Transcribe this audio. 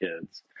kids